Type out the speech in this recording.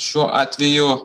šiuo atveju